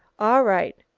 all right.